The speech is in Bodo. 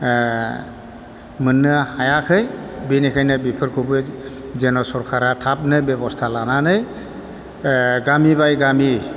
मोननो हायाखै बिनिखायनो बेफोरखौबो जेन' सरखारा थाबनो बेबस्था लानानै गामि बाय गामि